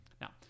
Now